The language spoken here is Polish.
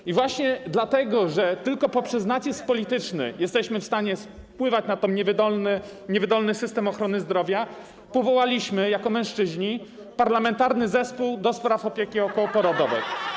I właśnie dlatego, że tylko poprzez nacisk polityczny jesteśmy w stanie wpływać na ten niewydolny system ochrony zdrowia, powołaliśmy, jako mężczyźni, Parlamentarny Zespół ds. Opieki Okołoporodowej.